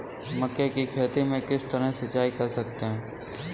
मक्के की खेती में किस तरह सिंचाई कर सकते हैं?